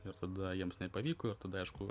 ir tada jiems nepavyko ir tada aišku